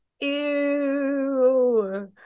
Ew